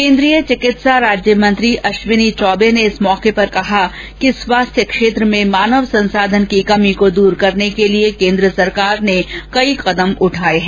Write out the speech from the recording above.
केंद्रीय चिकित्सा राज्य मंत्री अश्विनी चौबे ने इस अवसर कहा कि स्वास्थ्य क्षेत्र में मानव संसाधन की कमी को दूर करने के लिए केंद्र सरकार ने कई कदम उठाये हैं